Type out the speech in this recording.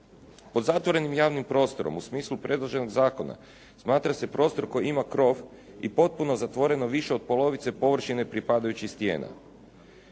Pod zatvorenim javnim prostorom u smislu predloženog zakona smatra se prostor koji ima krov i potpuno zatvoreno više od polovice površine pripadajućih stijena.